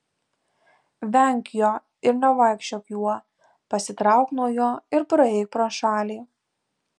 venk jo ir nevaikščiok juo pasitrauk nuo jo ir praeik pro šalį